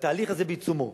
והתהליך הזה בעיצומו.